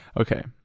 Okay